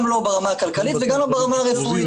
גם לא ברמה הכלכלית וגם לא ברמה הרפואית.